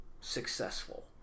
successful